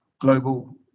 global